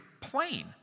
plain